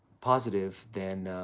positive, then,